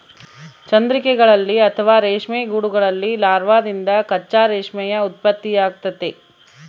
ಚಂದ್ರಿಕೆಗಳಲ್ಲಿ ಅಥವಾ ರೇಷ್ಮೆ ಗೂಡುಗಳಲ್ಲಿ ಲಾರ್ವಾದಿಂದ ಕಚ್ಚಾ ರೇಷ್ಮೆಯ ಉತ್ಪತ್ತಿಯಾಗ್ತತೆ